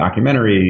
documentaries